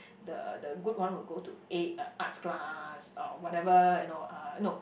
the the good one would go to A uh arts class or whatever you know uh no